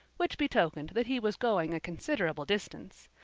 which betokened that he was going a considerable distance.